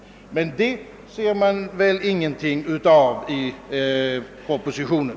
Detta ser man emellertid ingenting av i propositionen.